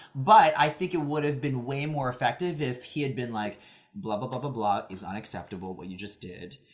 but i think it would have been way more effective if he had been like blah, but blah, but blah, blah is unacceptable, what you just did.